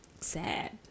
sad